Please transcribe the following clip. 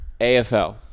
AFL